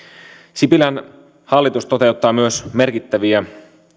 sipilän hallitus toteuttaa myös merkittäviä